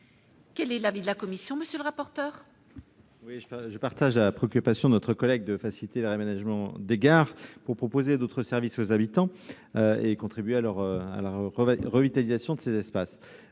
Quel est l'avis de la commission ?